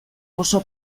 oso